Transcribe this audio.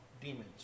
demons